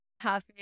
half